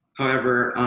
however,